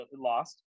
lost